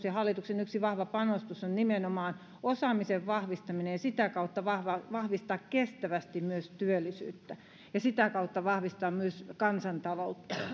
ja hallituksen yksi vahva panostus on nimenomaan osaamisen vahvistaminen ja vahvistaa sitä kautta kestävästi työllisyyttä ja vahvistaa sitä kautta myös kansantaloutta